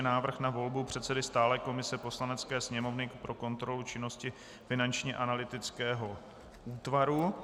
Návrh na volbu předsedy stálé komise Poslanecké sněmovny pro kontrolu činnosti Finančního analytického úřadu